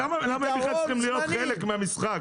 למה הם בכלל צריכים להיות חלק מהמשחק,